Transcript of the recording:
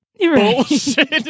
bullshit